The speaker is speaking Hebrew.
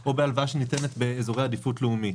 או בהלוואה שניתנת באזורי עדיפות לאומית.